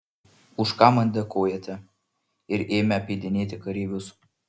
už ką man dėkojate ir ėmė apeidinėti kareivius